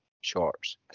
shorts